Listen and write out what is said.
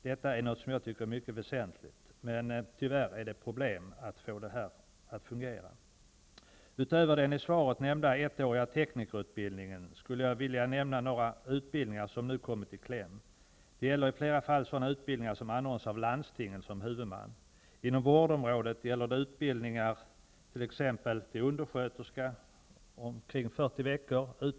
Detta är något som jag tycker är mycket väsentligt, men tyvärr är det problem att få det att fungera. Utöver den i svaret nämnda ettåriga teknikerutbildningen skulle jag vilja nämna några utbildningar som nu har kommit i kläm. Det gäller i flera fall sådana utbildningar som anordnas med landstingen som huvudman. Inom vårdområdet gäller det utbildning till t.ex.